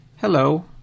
hello